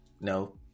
no